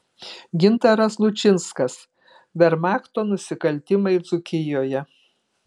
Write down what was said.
gintaras lučinskas vermachto nusikaltimai dzūkijoje